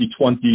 2020